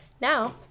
Now